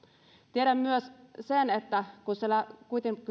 tiedän myös sen että kun siellä muistisairaan kotona kuitenkin